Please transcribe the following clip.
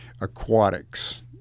aquatics